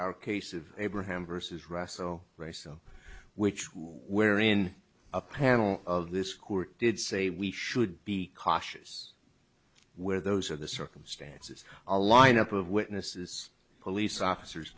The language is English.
our case of abraham versus russell rice on which wherein a panel of this court did say we should be cautious where those are the circumstances a lineup of witnesses police officers